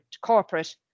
corporate